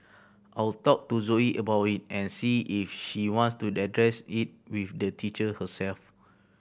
I'll talk to Zoe about it and see if she wants to address it with the teacher herself